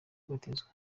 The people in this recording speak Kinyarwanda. kubatizwa